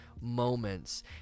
moments